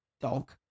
dog